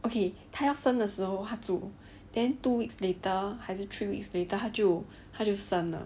okay 他要生的时候他住 then two weeks later 还是 three weeks later 他就他就生了